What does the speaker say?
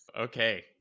Okay